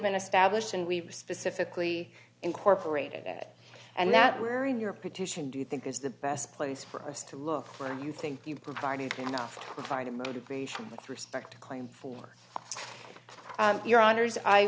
been established and we specifically incorporated it and that were in your petition do you think is the best place for us to look for you think you provided enough to provide a motivation with respect to claim for